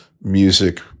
music